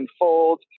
unfold